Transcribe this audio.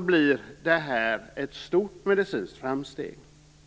blir det här ett stort medicinskt framsteg.